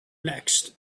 next